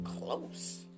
close